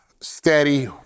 steady